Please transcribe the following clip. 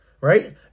right